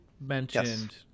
mentioned